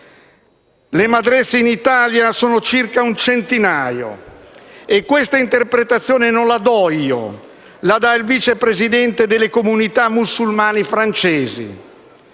Le madrase in Italia sono circa un centinaio e questa interpretazione non la do io ma il vice presidente delle comunità musulmane francesi.